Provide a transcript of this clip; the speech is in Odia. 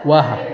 ୱାଃ